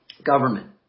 Government